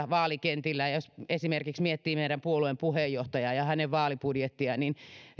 vaalikentillä ja jos esimerkiksi miettii meidän puolueen puheenjohtajaa ja hänen vaalibudjettiaan niin